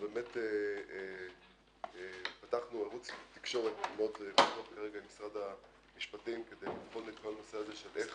באמת פתחנו ערוץ תקשורת עם משרד המשפטים כדי לבחון את כל הנושא של איך